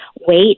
weight